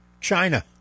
China